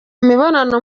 mibonano